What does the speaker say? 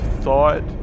thought